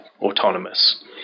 autonomous